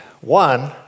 One